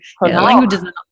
language